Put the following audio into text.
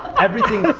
everything